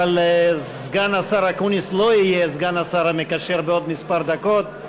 אבל סגן השר אקוניס לא יהיה סגן השר המקשר בעוד כמה דקות.